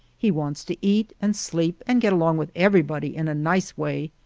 he wants to eat and sleep and get along with everybody in a nice way.